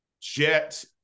jet